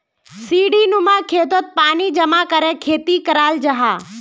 सीढ़ीनुमा खेतोत पानी जमा करे खेती कराल जाहा